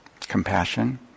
compassion